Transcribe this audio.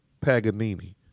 Paganini